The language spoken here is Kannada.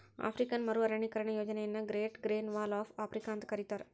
ಆಫ್ರಿಕನ್ ಮರು ಅರಣ್ಯೇಕರಣ ಯೋಜನೆಯನ್ನ great green wall of Africa ಅಂತ ಕರೇತಾರ